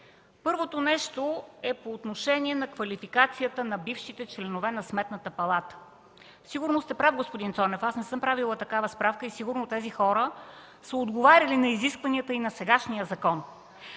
Първото нещо е по отношение квалификацията на бившите членове на Сметната палата. Сигурно сте прав, господин Цонев, аз не съм правила такава справка и сигурно тези хора са отговаряли на изискванията и на сегашния закон.